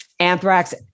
anthrax